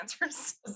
answers